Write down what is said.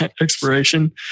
expiration